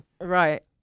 Right